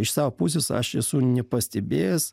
iš savo pusės aš esu nepastebėjęs